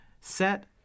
set